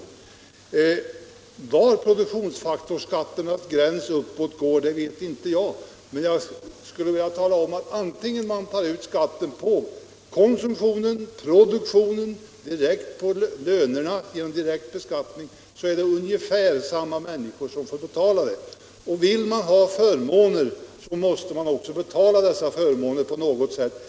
Var gränsen för produktionsfaktorsskatterna går vet inte jag. Men vare sig, man tar ut skatten på konsumtionen, på produktionen eller direkt på lönerna, så blir det i stort sett samma människor som får betala den. Vill man ha förmåner, måste man också betala dessa förmåner på något sätt.